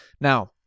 Now